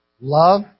Love